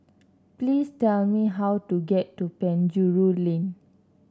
please tell me how to get to Penjuru Lane